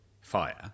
Fire